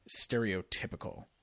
stereotypical